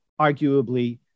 arguably